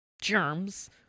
germs